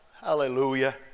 hallelujah